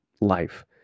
life